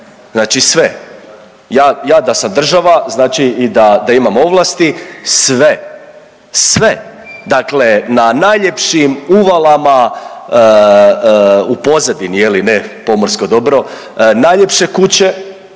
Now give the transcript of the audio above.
znači sve. Ja, ja da sam država, znači i da, da imam ovlasti sve, sve, dakle na najljepšim uvalama, u pozadini je li ne pomorsko dobro, najljepše kuće,